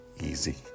easy